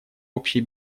общей